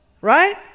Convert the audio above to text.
Right